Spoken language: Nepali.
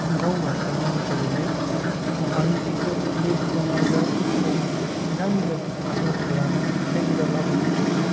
गाउँ घरका मानिसहरूले हल्दीको लेप बनाएर अब जहाँनिर दुखेको छ घुँडामा त्यहाँनिर लगाउने गर्छ